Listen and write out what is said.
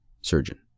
surgeon